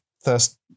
first